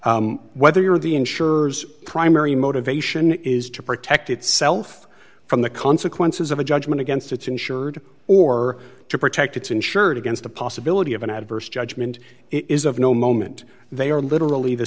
whether you are the insurers primary motivation is to protect itself from the consequences of a judgment against its insured or to protect its insured against the possibility of an adverse judgment is of no moment they are literally the